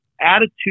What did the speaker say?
attitude